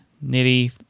nearly